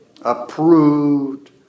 approved